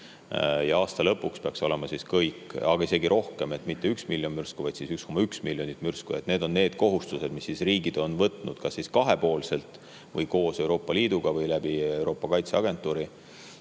ja aasta lõpuks peaks olema kohal kõik, aga isegi rohkem – mitte 1 miljon mürsku, vaid 1,1 miljonit mürsku. Need on kohustused, mille on riigid võtnud kas kahepoolselt, koos Euroopa Liiduga või läbi Euroopa Kaitseagentuuri.